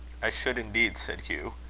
i should indeed, said hugh.